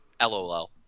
LOL